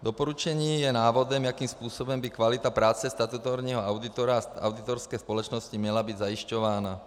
Doporučení je návodem, jakým způsobem by kvalita práce statutárního auditora a auditorské společnosti měla být zajišťována.